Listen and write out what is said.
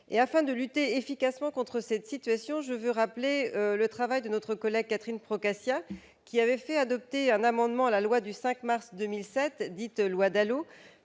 Afin de lutter efficacement contre cette situation, je veux rappeler le travail de notre collègue Catherine Procaccia, qui avait fait adopter un amendement à la loi du 5 mars 2007, dite loi DALO,